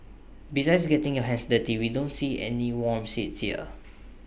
besides getting your hands dirty we don't see any warm seats there